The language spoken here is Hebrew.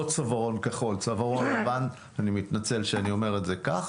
לא צווארון כחול אלא צווארון לבן ואני מתנצל על שאני אומר את זה כך